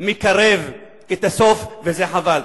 מקרב את הסוף, וזה חבל.